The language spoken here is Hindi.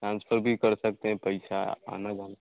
ट्रांसफर भी कर सकते हैं पैसा आना जाना